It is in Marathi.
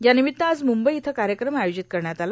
यानिमित्त आज म्रंबई इथं कार्यक्रम आयोजित करण्यात आला